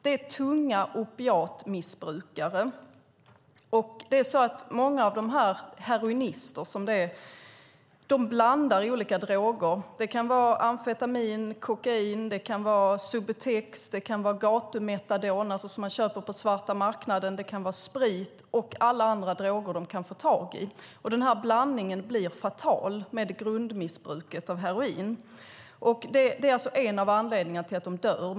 Det är tunga opiatmissbrukare. Många heroinister blandar olika droger. Det kan vara amfetamin och kokain. Det kan vara subutex och gatumetadon, alltså sådant som man köper på svarta marknaden. Det kan vara sprit och alla andra droger de kan få tag i. Den här blandningen blir fatal med grundmissbruket av heroin. Det är en av anledningarna till att de dör.